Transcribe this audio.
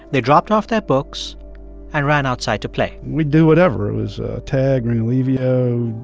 they dropped off their books and ran outside to play we'd do whatever. it was tag, ringolevio,